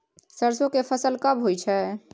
सरसो के फसल कब होय छै?